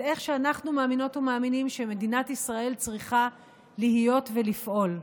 איך שאנחנו מאמינות ומאמינים שמדינת ישראל צריכה להיות ולפעול.